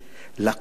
לקום,